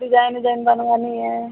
design विज़ाईन बनवानी है